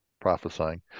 prophesying